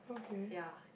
yeah